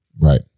Right